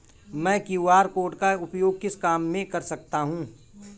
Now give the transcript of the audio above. मैं QR code का उपयोग किस काम में कर सकता हूं?